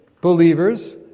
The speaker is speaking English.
believers